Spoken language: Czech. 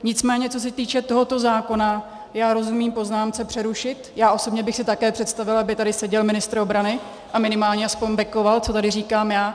Nicméně co se týče tohoto zákona, já rozumím poznámce přerušit, já osobně bych si také představila, aby tady seděl ministr obrany a minimálně aspoň backoval, co tady říkám já.